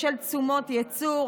בשל תשומות ייצור,